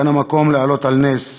כאן המקום להעלות על נס